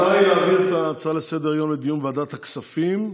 ההצעה היא להעביר את ההצעה לסדר-היום לדיון בוועדת הכספים.